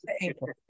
April